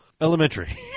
Elementary